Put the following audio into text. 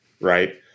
right